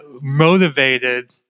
motivated